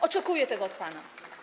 Oczekuję tego od pana.